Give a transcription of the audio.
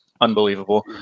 unbelievable